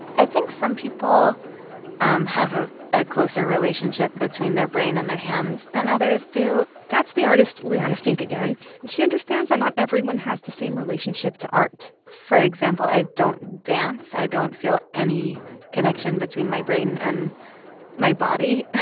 i think some people um have ah a closer relationship between their brain and their hands than others do that's the artist liana finck again. and she understands that not everyone has the same relationship to art for example, i don't dance. i don't feel any connection between my brain and my body,